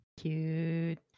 Cute